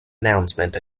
announcement